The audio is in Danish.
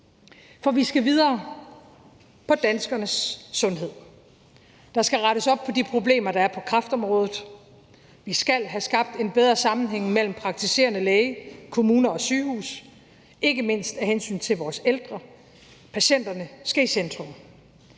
For vi skal videre, når det gælder danskernes sundhed. Der skal rettes op på de problemer, der er på kræftområdet. Vi skal have skabt en bedre sammenhæng mellem praktiserende læger, kommuner og sygehuse, ikke mindst af hensyn til vores ældre. Patienterne skal i centrum.